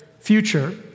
future